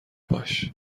باش